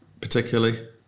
particularly